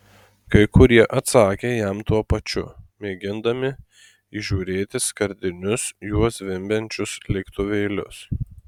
kai kurie atsakė jam tuo pačiu mėgindami įžiūrėti skardinius juo zvimbiančius lėktuvėlius